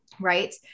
right